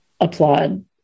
applaud